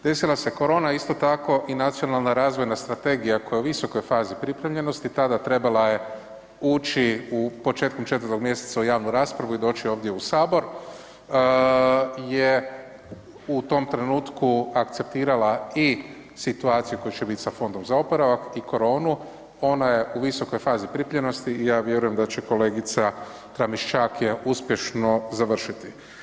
Desila se korona, isto tako i nacionalna razvojna strategija koja je u visokoj fazi pripremljenosti tada trebala je ući početkom 4. mjeseca u javnu raspravu i doć ovdje u Sabor je u tom trenutku akceptirala i situaciju koja će biti sa Fondom za oporavak i koronu, ona je u visokoj fazi pripremljenosti i ja vjerujem da će kolegica Tramiščak je uspješno završiti.